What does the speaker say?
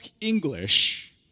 English